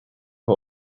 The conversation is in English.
for